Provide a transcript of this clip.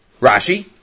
Rashi